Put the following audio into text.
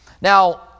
Now